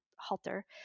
halter